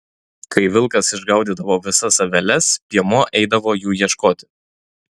kai vilkas išgaudydavo visas aveles piemuo eidavo jų ieškoti